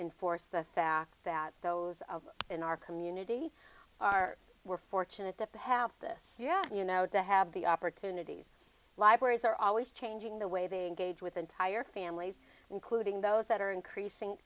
enforce the fact that those in our community are we're fortunate to have this yet you know to have the opportunities libraries are always changing the way they engage with entire families including those that are increasing